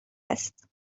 است